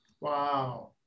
Wow